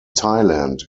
thailand